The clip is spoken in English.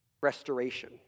restoration